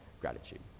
gratitude